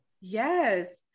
Yes